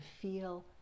feel